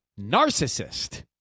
Narcissist